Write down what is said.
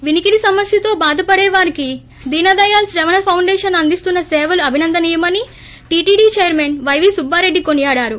వినికిడి సమస్యతో బాధపడేవారికి దీనదయాళ్ శ్రవణ ఫౌండేషన్ అందిస్తున్న సేవలు అభినందనీయమని టీటీడీ చైర్మన్ పైవీ సుబ్బారెడ్డి కొనియాడారు